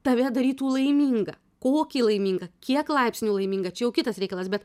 tave darytų laimingą kokį laimingą kiek laipsnių laimingą čia jau kitas reikalas bet